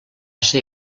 ser